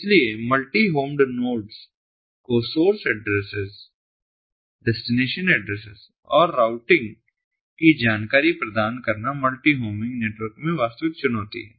इसलिए multi homed nodes को source address destination address और राउटिंग की जानकारी प्रदान करना मल्टी होमिंग नेटवर्क में वास्तविक चुनौती है